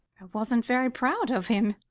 wasn't very proud of him.